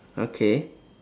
okay